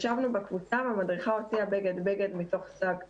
ישבנו בקבוצה והמדריכה הוציאה בגד-בגד מתוך שק תרומות,